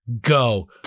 Go